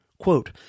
Quote